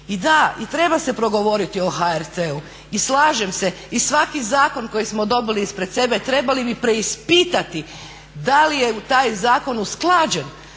I da i treba se progovoriti o HRT-u i slažem se i svaki zakon koji smo dobili ispred sebe trebali bi preispitati da li je taj zakon usklađen